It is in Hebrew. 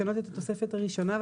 לשנות את התוספות הראשונה,